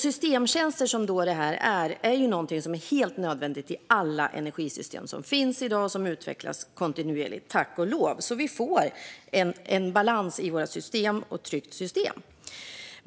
Systemtjänster som denna är någonting som är helt nödvändigt i alla energisystem som finns i dag och som utvecklas kontinuerligt - tack och lov - så att vi får balans och trygghet i vårt system.